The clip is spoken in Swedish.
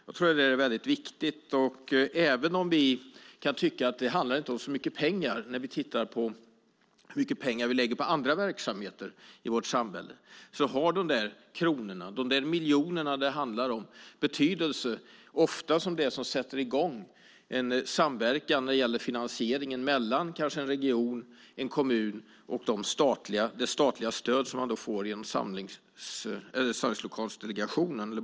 Jag tror att detta är väldigt viktigt, och även om vi kan tycka att det inte handlar om så mycket pengar när vi tittar på hur mycket vi lägger på andra verksamheter i vårt samhälle så har de där kronorna, de miljoner det handlar om betydelse eftersom det ofta sätter i gång en samverkan när det gäller finansieringen mellan kanske en region, en kommun och det statliga stöd som man får av Boverkets samlingslokalsdelegation.